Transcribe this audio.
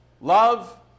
Love